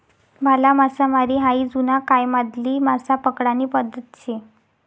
भाला मासामारी हायी जुना कायमाधली मासा पकडानी पद्धत शे